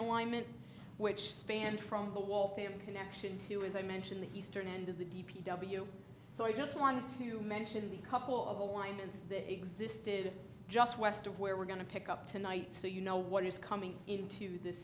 alignment which spanned from the wall pham connection to as i mentioned the eastern end of the d p w so i just want to mention the couple of alignments that existed just west of where we're going to pick up tonight so you know what is coming into this